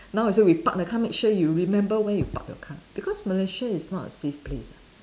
now we say we park the car make sure you remember where you park your car because Malaysia is not a safe place ah